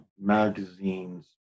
magazines